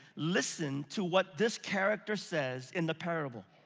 listen to what this character says in the parable.